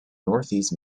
northeast